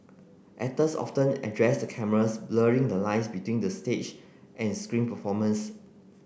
actors often addressed the cameras blurring the lines between the stage and screen performances